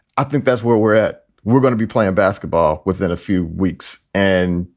i think that's where we're at. we're going to be playing basketball within a few weeks. and,